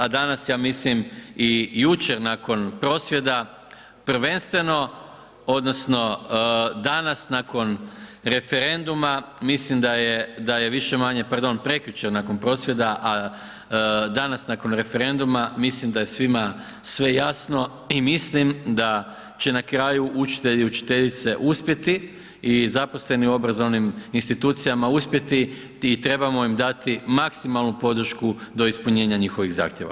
A danas ja mislim i jučer nakon prosvjeda prvenstveno odnosno danas nakon referenduma mislim da je više-manje, pardon prekjučer nakon prosvjeda, a danas nakon referenduma mislim da je svima sve jasno i mislim da će na kraju učitelji i učiteljice uspjeti i zaposleni u obrazovnim institucijama uspjeti i trebamo im dati maksimalnu podršku do ispunjenja njihovih zahtjeva.